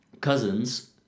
Cousins